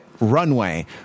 runway